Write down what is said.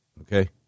okay